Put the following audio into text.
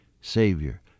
Savior